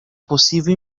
possível